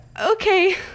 okay